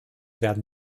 werden